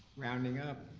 rounding up,